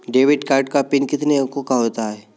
Debit card का PIN कितने अंकों का होता है?